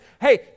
Hey